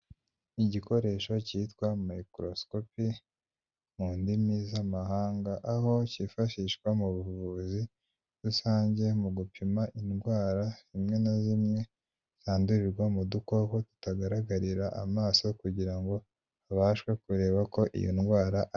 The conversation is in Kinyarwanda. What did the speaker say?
Igikoresho cyitwa mikorosikope mu ndimi z'amahanga, aho cyifashishwa mu buvuzi rusange mu gupima indwara zimwe na zimwe, zandurirwa mu dukoko tutagaragarira amaso kugira ngo abashe kureba ko iyo ndwara.